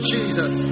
Jesus